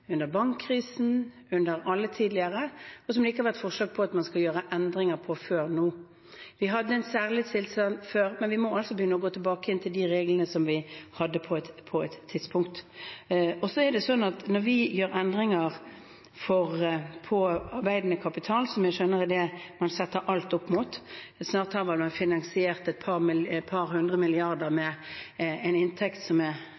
bankkrisen og alle tidligere kriser, og som det ikke har vært noe forslag om at man skal gjøre endringer på, før nå. Vi hadde en særtilstand før, men vi må begynne å gå tilbake til de reglene som vi hadde på et tidspunkt. Når vi gjør endringer for arbeidende kapital, som jeg skjønner er det man setter alt opp mot – snart har man vel, i den politiske debatten, finansiert et par hundre milliarder med et kutt som er